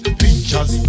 pictures